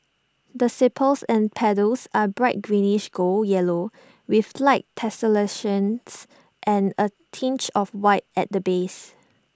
the sepals and petals are bright greenish golden yellow with light tessellations and A tinge of white at the base